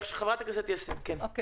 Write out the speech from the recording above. עוד לא נפתר.